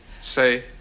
Say